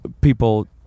people